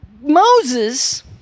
Moses